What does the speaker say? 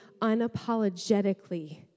unapologetically